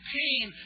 pain